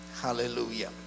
Hallelujah